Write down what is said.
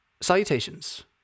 Salutations